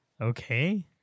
okay